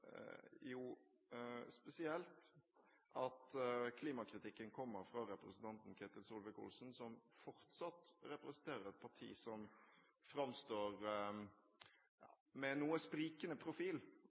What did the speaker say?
jo spesielt at klimakritikken kommer fra representanten Ketil Solvik-Olsen. Han representerer fortsatt et parti som en vel må kunne si framstår